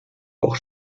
auch